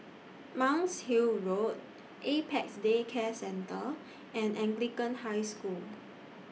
Monk's Hill Road Apex Day Care Centre and Anglican High School